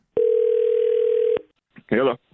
Hello